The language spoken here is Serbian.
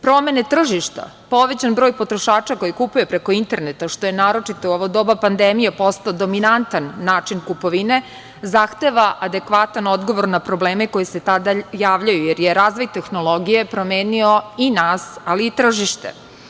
Promene tržišta, povećan broj potrošača koji kupuje preko interneta, što je naročito u ovo doba pandemije postao dominantan način kupovine, zahteva adekvatan odgovor na probleme koji se javljaju, jer je razvoj tehnologije promenio i nas, ali i tržište.